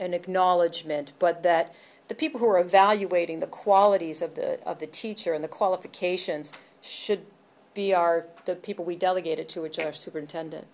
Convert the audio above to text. an acknowledgement but that the people who are evaluating the qualities of the of the teacher in the qualifications should be are the people we delegated to which our superintendent